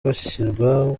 bashyirwa